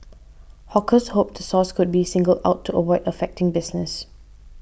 hawkers hoped the source could be singled out to avoid affecting business